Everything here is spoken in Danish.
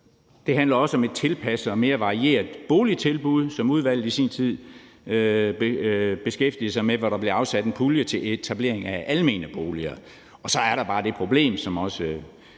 Det handler også om et tilpasset og mere varieret boligtilbud, som udvalget i sin tid beskæftigede sig med, hvor der blev afsat en pulje til etablering af almene boliger. Så er der bare det problem, som også